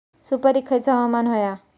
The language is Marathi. सुपरिक खयचा हवामान होया?